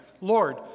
Lord